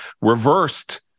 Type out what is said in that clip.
reversed